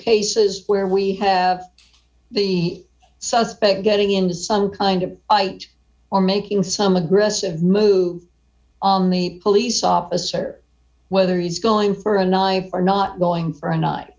cases where we have the suspect getting into some kind of or making some aggressive move on the police officer whether he's going for a knife or not going for a night